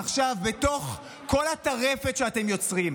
עכשיו, בתוך כל הטרפת שאתם יוצרים,